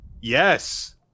Yes